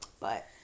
But-